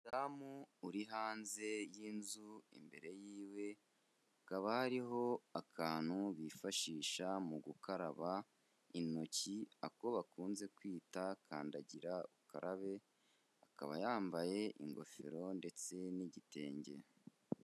Umudamu uri hanze y'inzu, imbere yiwe hakaba hariho akantu bifashisha mu gukaraba intoki ako bakunze kwita kandagira ukararabe, akaba yambaye ingofero ndetse n'igitenge.